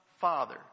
father